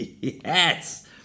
Yes